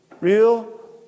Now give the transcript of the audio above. real